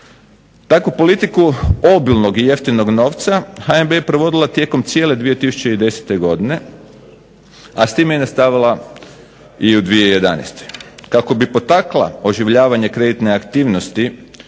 Takvu politiku obilnog i jeftinog novca HNB je provodila tijekom cijele 2010. godine a s time je nastavila i u 2011. Kako bi potakla oživljavanje kreditne aktivnosti